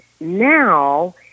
now